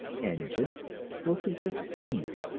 engine will suggest steam,